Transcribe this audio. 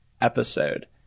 episode